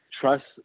Trust